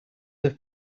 have